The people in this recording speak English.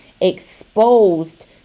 exposed